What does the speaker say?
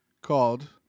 called